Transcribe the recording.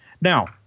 Now